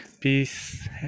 Peace